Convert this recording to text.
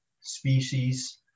species